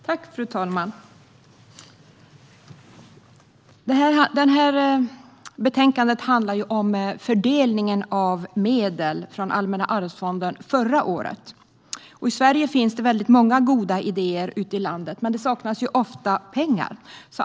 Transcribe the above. Fru talman! Detta betänkande handlar om fördelningen av medel från Allmänna arvsfonden förra året. I Sverige finns det många goda idéer, men det saknas ofta pengar.